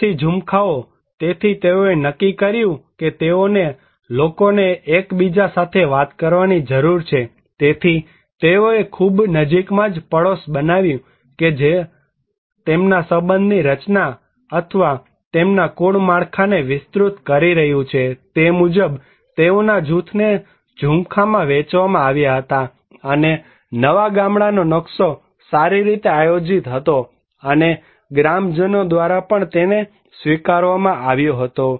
પડોશી ઝુમખાઓ તેથી તેઓએ નક્કી કર્યું કે તેઓને લોકોને એકબીજા સાથે વાતચીત કરવાની જરૂર છે તેથી તેઓએ ખૂબ નજીકમાં પડોશ બનાવ્યું જે તેમના સંબંધ ની રચના અથવા તેમના કુળ માળખાને વિસ્તૃત કરી રહ્યું છે તે મુજબ તેઓના જૂથને ઝૂમખામાં વહેંચવામાં આવ્યા હતા અને નવા ગામડાનો નકશો સારી રીતે આયોજિત હતો અને ગ્રામજનો દ્વારા પણ તેને સ્વીકારવામાં આવ્યો હતો